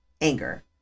anger